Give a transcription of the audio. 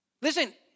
Listen